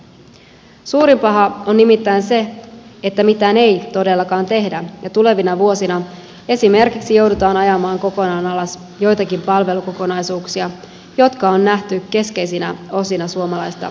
suurin paha on nimittäin se että mitään ei todellakaan tehdä ja tulevina vuosina esimerkiksi joudutaan ajamaan kokonaan alas joitakin palvelu kokonaisuuksia jotka on nähty keskeisinä osina suomalaista hyvinvointiyhteiskuntaa